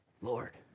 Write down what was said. Lord